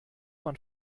man